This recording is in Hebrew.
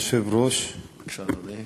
כבוד היושב-ראש, בבקשה, אדוני.